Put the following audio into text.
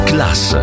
Class